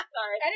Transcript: Sorry